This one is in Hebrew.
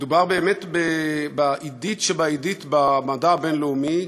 מדובר באמת בעידית שבעידית במדע הבין-לאומי.